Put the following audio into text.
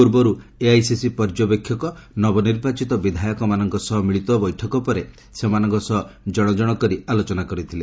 ପୂର୍ବରୁ ଏଆଇସିସି ପର୍ଯ୍ୟବେକ୍ଷକ ନବନିର୍ବାଚିତ ବିଧାୟକମାନଙ୍କ ସହ ମିଳିତ ବୈଠକ ପରେ ସେମାନଙ୍କ ସହ ଜଣଜଣ କରି ଆଲୋଚନା କରିଥିଲେ